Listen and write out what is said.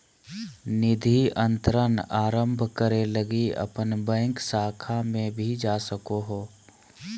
निधि अंतरण आरंभ करे लगी अपन बैंक शाखा में भी जा सको हो